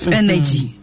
energy